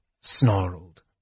snarled